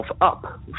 up